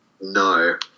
no